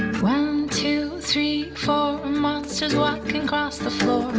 one, two, three, four monsters walking cross the floor.